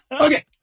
Okay